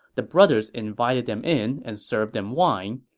the brothers invited them in and served them wine.